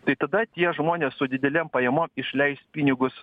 tai tada tie žmonės su didelėm pajamom išleis pinigus